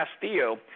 Castillo